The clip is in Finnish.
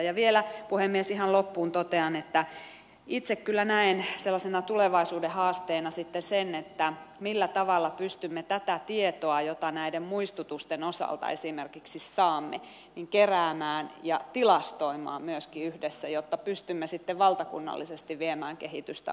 ja vielä puhemies ihan loppuun totean että itse kyllä näen sellaisena tulevaisuuden haasteena sitten sen millä tavalla pystymme tätä tietoa jota esimerkiksi näiden muistutusten osalta saamme keräämään ja myöskin tilastoimaan yhdessä jotta pystymme sitten valtakunnallisesti viemään kehitystä oikeaan suuntaan